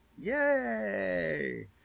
Yay